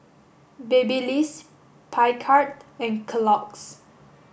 Babyliss Picard and Kellogg's